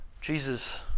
Jesus